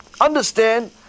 understand